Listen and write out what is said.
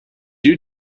you